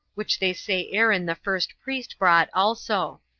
which they say aaron the first priest brought also.